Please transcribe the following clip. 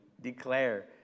declare